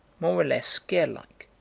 more or less scale-like.